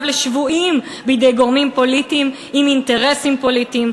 לשבויים בידי גורמים פוליטיים עם אינטרסים פוליטיים,